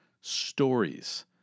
stories